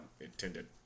intended